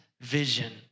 vision